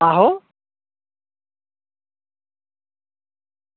आहो